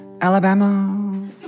Alabama